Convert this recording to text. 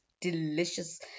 delicious